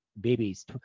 babies